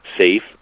safe